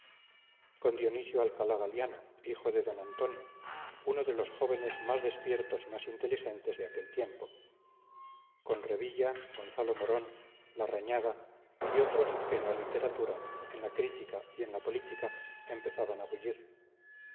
con dionisio alcalá galiano hijo de d antonio uno de los jóvenes más despiertos y más inteligentes de aquel tiempo con revilla gonzalo morón larrañaga y otros que en la literatura en la crítica y en la política empezaban a bullir